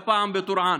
הפעם בטורעאן.